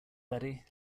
betty